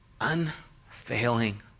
unfailing